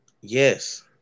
Yes